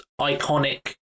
iconic